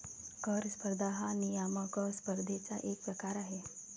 कर स्पर्धा हा नियामक स्पर्धेचा एक प्रकार आहे